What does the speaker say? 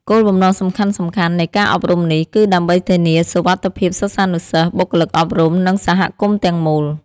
គោលបំណងសំខាន់ៗនៃការអប់រំនេះ គឺដើម្បីធានាសុវត្ថិភាពសិស្សានុសិស្ស បុគ្គលិកអប់រំ និងសហគមន៍ទាំងមូល។